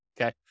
okay